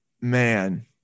man